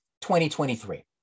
2023